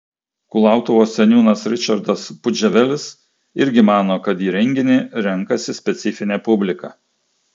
kulautuvos seniūnas ričardas pudževelis irgi mano kad į renginį renkasi specifinė publika